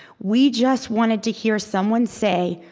we just wanted to hear someone say,